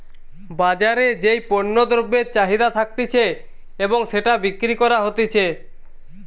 বাজারে যেই পণ্য দ্রব্যের চাহিদা থাকতিছে এবং সেটা বিক্রি করা হতিছে